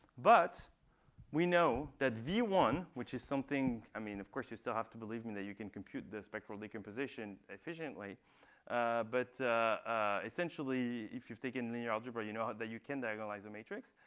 but we know that v one, which is something i mean, of course, you still have to believe me that you can compute the spectral decomposition efficiently but essentially, if you've taken linear algebra, you know that you can diagonalize a matrix.